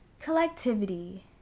collectivity